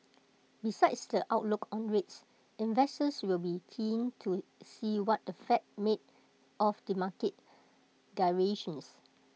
besides the outlook on rates investors will be keen to see what the fed made of the market gyrations